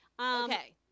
Okay